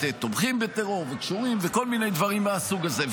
תומכים בטרור וקשורים וכל מיני דברים מהסוג הזה.